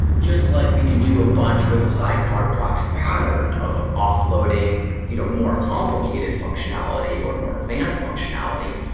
just like we can do a bunch with the sidecar proxy pattern of offloading you know more complicated functionality or more advanced functionality.